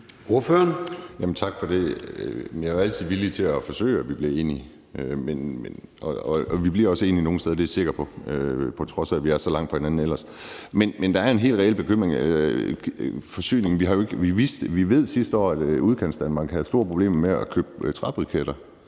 (NB): Tak for det. Jeg er jo altid villig til at forsøge at opnå, at vi bliver enige. Vi bliver også enige nogle steder – det er jeg sikker på – på trods af at vi ellers er så langt fra hinanden. Men der er en helt reel bekymring. Hvad angår forsyningen, ved vi, at Udkantsdanmark sidste år havde store problemer med at købe træbriketter.